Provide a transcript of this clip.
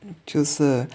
就是